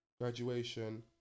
graduation